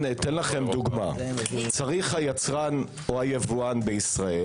אתן לכם דוגמה צריך היצרן או היבואן בישראל